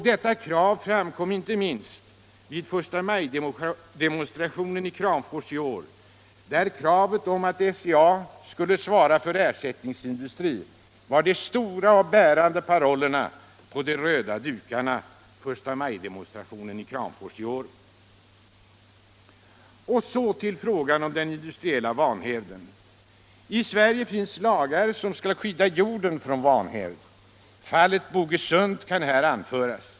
Detta krav framkom inte minst vid förstamajdemonstrationen i Kramfors i år. Kravet på att SCA skulle svara för en ersättningsindustri var den stora, bärande parollen på de Och så till frågan om den industriella vanhävden. I Sverige finns lagar som skall skydda jorden från vanhävd. Fallet Bogesund kan här anföras.